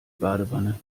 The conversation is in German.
badewanne